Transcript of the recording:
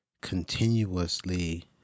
continuously